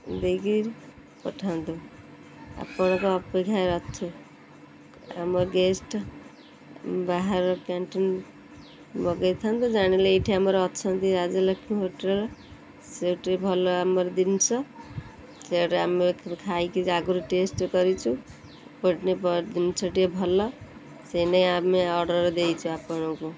ଦେଇକି ପଠାନ୍ତୁ ଆପଣଙ୍କ ଅପେକ୍ଷାରେ ଅଛୁ ଆମ ଗେଷ୍ଟ ବାହାର କ୍ୟାଣ୍ଟିନ୍ ମଗେଇଥାନ୍ତୁ ଜାଣିଲେ ଏଇଠି ଆମର ଅଛନ୍ତି ରାଜଲକ୍ଷ୍ମୀ ହୋଟେଲ ସେଠି ଭଲ ଆମର ଜିନିଷ ସେ ଆମେ ଖାଇକି ଜାଗାରୁ ଟେଷ୍ଟ କରିଛୁ ପୋଟି ଜିନିଷ ଟିକିଏ ଭଲ ସେଇ ନାଇଁ ଆମେ ଅର୍ଡ଼ର ଦେଇଛୁ ଆପଣଙ୍କୁ